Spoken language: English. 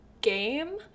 game